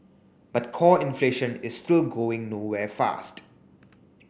but core inflation is still going nowhere fast